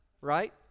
right